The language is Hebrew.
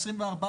24